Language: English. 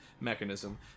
mechanism